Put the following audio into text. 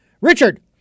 Richard